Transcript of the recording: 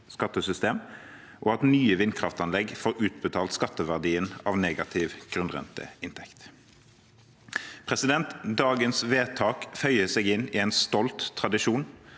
skattesystem, og at nye vindkraftanlegg få utbetalt skatteverdien av negativ grunnrenteinntekt. Dagens vedtak føyer seg inn i en stolt tradisjon,